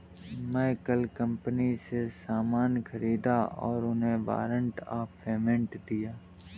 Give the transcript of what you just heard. मैं कल कंपनी से सामान ख़रीदा और उन्हें वारंट ऑफ़ पेमेंट दिया